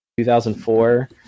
2004